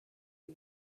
you